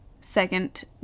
second